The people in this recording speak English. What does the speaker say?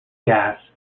gas